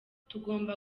tugomba